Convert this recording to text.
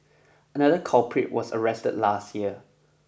another culprit was arrested last year